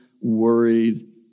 worried